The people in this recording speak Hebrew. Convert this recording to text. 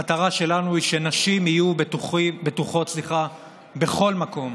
המטרה שלנו היא שנשים יהיו בטוחות בכל מקום,